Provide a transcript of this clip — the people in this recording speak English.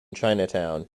chinatown